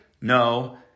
No